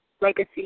legacy